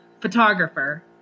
photographer